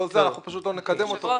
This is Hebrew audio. אנחנו פשוט לא נקדם אותה.